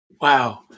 wow